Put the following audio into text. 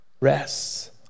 rests